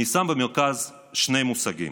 אני שם במרכז שני מושגים: